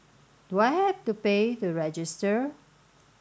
do I have to pay to register